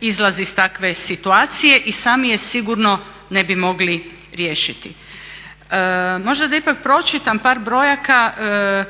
izlaz iz takve situacije i sami je sigurno ne bi mogli riješiti. Možda da ipak pročitam par brojaka